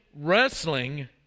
wrestling